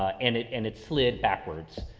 and it, and it slid backwards,